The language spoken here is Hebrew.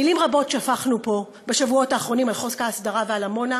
מילים רבות שפכנו פה בשבועות האחרונים על חוק ההסדרה ועל עמונה,